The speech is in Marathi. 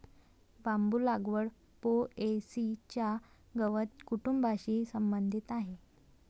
बांबू लागवड पो.ए.सी च्या गवत कुटुंबाशी संबंधित आहे